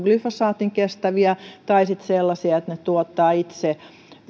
glyfosaatin kestäviä tai sellaisia että ne tuottavat itse